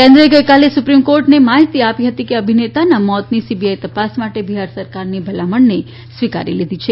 કેન્દ્રએ ગઈકાલે સુપ્રીમ કોર્ટને માહિતી આપી હતી કે અભિનેતાના મોતની સીબીઆઈ તપાસ માટે બિહાર સરકારની ભલામણને સ્વીકારી લીધી છે